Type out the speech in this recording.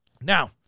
Now